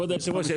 כבוד היושב-ראש,